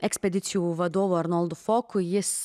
ekspedicijų vadovu arnoldu foku jis